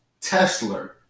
Tesla